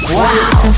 wow